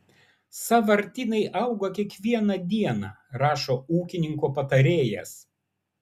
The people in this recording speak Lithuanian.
sąvartynai auga kiekvieną dieną rašo ūkininko patarėjas